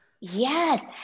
Yes